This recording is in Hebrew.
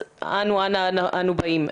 אז אנה אנו באים.